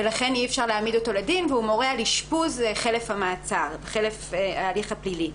ולכן אי אפשר להעמיד אותו לדין והוא מורה על אשפוז חלף ההליך הפלילי.